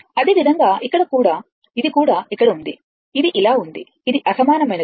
అదేవిధంగా ఇక్కడ ఇది కూడా ఇక్కడ ఉంది ఇది ఇలా ఉంది ఇది అసమానమైనది